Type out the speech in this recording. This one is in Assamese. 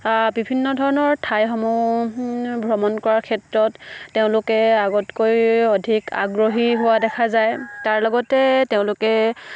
বিভিন্ন ধৰণৰ ঠাইসমূহ ভ্ৰমণ কৰাৰ ক্ষেত্ৰত তেওঁলোকে আগতকৈ অধিক আগ্ৰহী হোৱা দেখা যায় তাৰ লগতে তেওঁলোকে